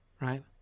right